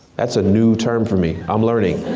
that's a new term for me, i'm learning.